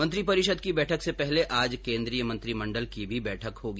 मंत्रिपरिषद की बैठक से पहले आज केन्द्रीय मंत्रिमंडल की भी बैठक होगी